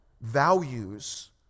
values